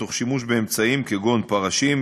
תוך שימוש באמצעים כגון פרשים,